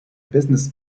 business